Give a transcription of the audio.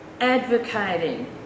advocating